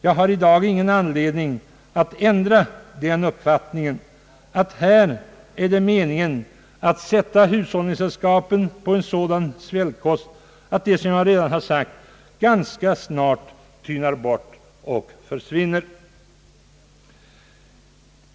Jag har i dag ingen anledning att ändra den uppfattningen att det är meningen att sätta hushåll ningssällskapen på en sådan svältkost att de, som jag redan har sagt, ganska snart tynar bort och försvinner.